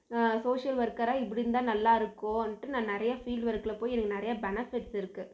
social ஒர்க்கராக இப்படி இருந்தால் நல்லாயிருக்குன்ட்டு நான் நிறையா ஃபீல்டு ஒர்க்கில் போய் எனக்கு நிறைய பெனஃபிட்ஸ் இருக்கு